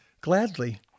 gladly